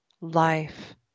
life